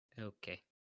okay